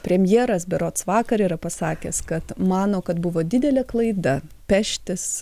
premjeras berods vakar yra pasakęs kad mano kad buvo didelė klaida peštis